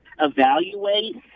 evaluate